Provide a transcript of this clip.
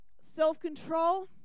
self-control